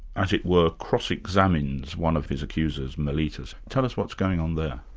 as it were, cross-examines one of his accusers, meletus. tell us what's going on there.